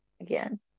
again